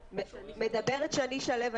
מדברת שני שליו.